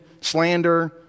slander